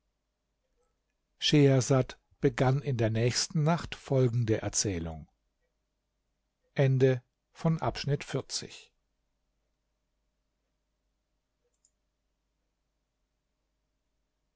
schehersad begann in der nächsten nacht folgende erzählung